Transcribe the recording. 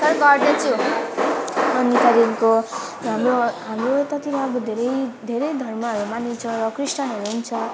अनि त्यहाँदेखिको हाम्रो हाम्रो उतातिर अब धेरै धेरै धर्महरू मानिन्छ र क्रिस्तानहरू नि छ